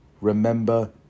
remember